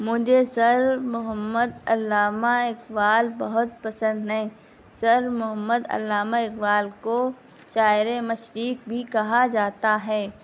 مجھے سر محمد علامہ اقبال بہت پسند ہیں سر محمد علامہ اقبال کو شاعر مشرق بھی کہا جاتا ہے